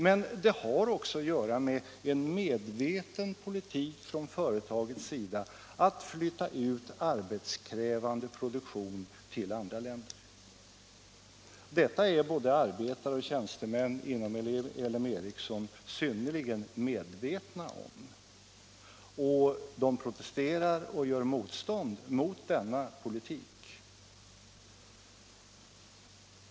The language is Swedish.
Men det har att göra också med en medveten politik från företagets sida att flytta ut arbetskrävande produktion till andra länder. Detta är både arbetare och tjänstemän inom L M Ericsson synnerligen medvetna om. De protesterar och gör motstånd mot denna politik.